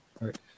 right